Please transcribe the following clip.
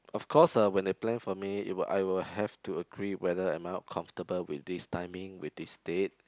of course uh when they plan for me it will I will have to agree whether am I comfortable with this timing with this date